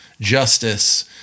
justice